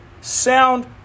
sound